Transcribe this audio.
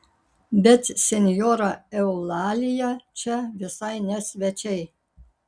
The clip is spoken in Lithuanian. bet senjora eulalija čia visai ne svečiai